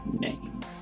name